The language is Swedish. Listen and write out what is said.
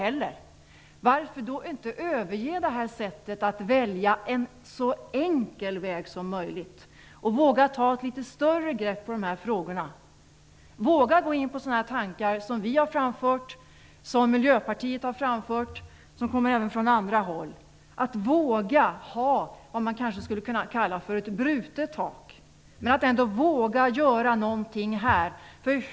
Men varför kan ni inte överge det här sättet att välja en så enkel väg som möjligt och våga ta ett litet större grepp på de här frågorna? Varför inte våga gå in på de tankar som vi och Miljöpartiet har framfört och som även kommer från andra håll? Man skulle kanske kunna ha något som vi kan kalla ett brutet tak. Men man måste våga göra något här.